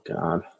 God